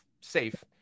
safe